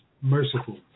merciful